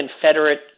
Confederate